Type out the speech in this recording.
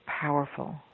powerful